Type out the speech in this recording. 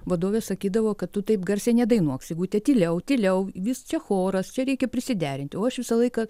vadovė sakydavo kad tu taip garsiai nedainuok sigute tyliau tyliau vis čia choras čia reikia prisiderinti o aš visą laiką